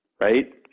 Right